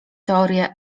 teorię